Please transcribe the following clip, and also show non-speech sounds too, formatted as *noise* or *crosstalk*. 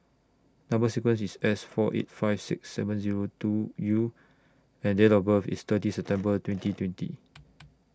Number sequence IS S four eight five six seven Zero two U and Date of birth IS thirty September *noise* twenty twenty